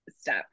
step